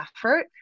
effort